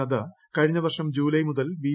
നദ്ദ കഴിഞ്ഞ വർഷം ജൂല്ലെ മൂതൽ ബി